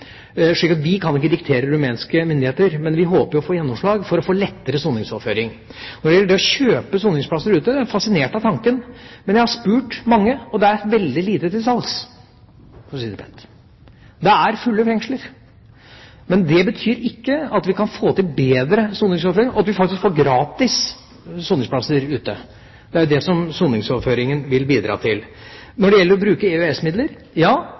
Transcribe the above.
vi kan ikke diktere rumenske myndigheter, men vi håper å få gjennomslag for å få lettere soningsoverføring. Når det gjelder det å kjøpe soningsplasser ute, er jeg fascinert av tanken, men jeg har spurt mange, og det er veldig lite til salgs, for å si det pent. Det er fulle fengsler. Men det betyr ikke at vi ikke kan få til bedre soningsoverføring, og at vi faktisk får gratis soningsplasser ute. Det er jo det soningsoverføringen vil bidra til. Så til å bruke EØS-midler: Ja,